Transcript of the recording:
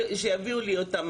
שיביאו לי אותם,